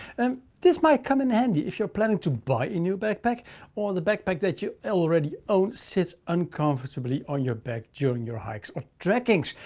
and this might come in handy, if you're planning to buy a new backpack or the backpack that you already own sits uncomfortably on your back during your hikes or trekkings.